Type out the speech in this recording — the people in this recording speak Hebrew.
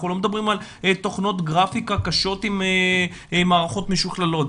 לא מדברים על תוכנות גרפיקה קשות ומערכות משוכללות.